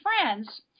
friends